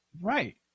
Right